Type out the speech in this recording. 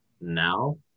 now